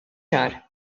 xahar